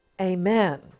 amen